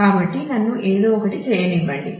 కాబట్టి నన్ను ఏదో ఒకటి చేయనివ్వండి